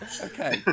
Okay